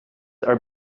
are